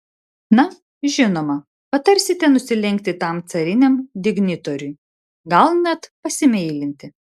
na žinoma patarsite nusilenkti tam cariniam dignitoriui gal net pasimeilinti